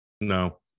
No